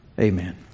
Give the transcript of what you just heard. Amen